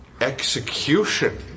Execution